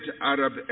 Arab